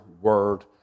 word